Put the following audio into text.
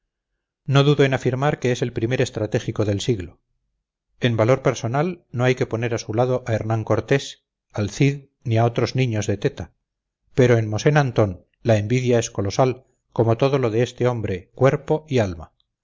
no dudo en afirmar que es el primer estratégico del siglo en valor personal no hay que poner a su lado a hernán-cortés al cid ni a otros niños de teta pero en mosén antón la envidia es colosal como todo lo de este hombre cuerpo y alma